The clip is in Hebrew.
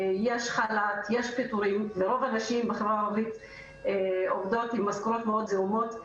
יש חל"ת ויש פיטורים ורוב הנשים עובדות כאשר המשכורות מאוד נמוכות,